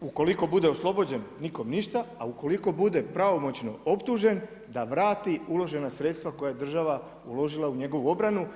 ukoliko bude oslobođen, nikom ništa, a ukoliko bude pravomoćno optužen, da vrati uložena sredstava koja država uložila u njegovu obranu.